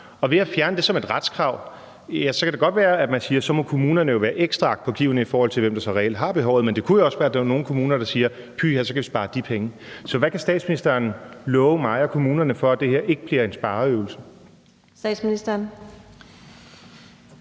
Og ved at fjerne det som et retskrav kan det godt være, at man siger: Så må kommunerne være ekstra agtpågivende i forhold til, hvem der så reelt har behovet. Men det kunne jo også være, der vil være nogle kommuner, der siger: Pyha, så kan vi spare de penge. Så hvad kan statsministeren love mig og kommunerne, for at det her ikke bliver en spareøvelse? Kl.